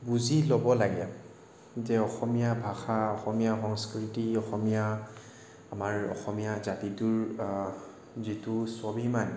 বুজি ল'ব লাগে যে অসমীয়া ভাষা অসমীয়া সংস্কৃতি অসমীয়া আমাৰ অসমীয়া জাতিটোৰ যিটো স্ৱাভিমান